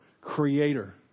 creator